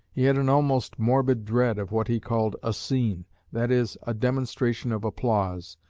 he had an almost morbid dread of what he called a scene' that is, a demonstration of applause,